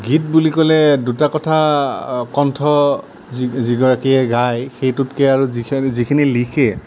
গীত বুলি ক'লে দুটা কথা কণ্ঠ যি যি গৰাকীয়ে গায় সেইটোতকে আৰু যি যিখিনি যিখিনি লিখে